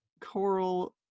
coral